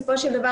בסופו של דבר,